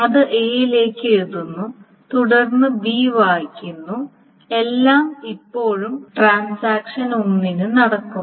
അത് എ ലേക്ക് എഴുതുന്നു തുടർന്ന് ബി വായിക്കുന്നു എല്ലാം ഇപ്പോഴും ട്രാൻസാക്ഷൻ 1 ന് നടക്കുന്നു